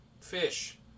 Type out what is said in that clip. fish